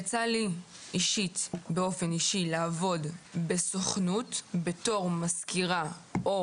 יצא לי באופן אישי לעבוד בסוכנות בתור מזכירה או